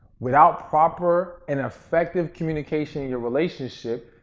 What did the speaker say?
without proper and effective communication in your relationship,